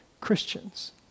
Christians